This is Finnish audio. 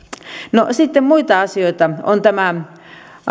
sitten muita asioita tämä